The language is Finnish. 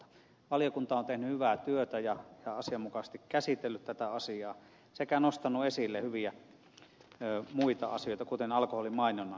valiokunta on tehnyt hyvää työtä ja asianmukaisesti käsitellyt tätä asiaa sekä nostanut esille hyviä muita asioita kuten alkoholimainonnan selvittäminen